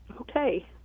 Okay